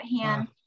hand